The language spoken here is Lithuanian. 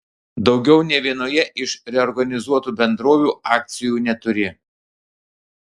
daugiau nė vienoje iš reorganizuotų bendrovių akcijų neturi